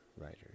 writers